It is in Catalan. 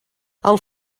els